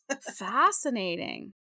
Fascinating